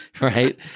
right